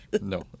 no